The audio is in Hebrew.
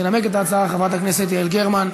תנמק את ההצעה חברת הכנסת יעל גרמן.